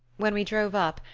when we drove up,